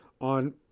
on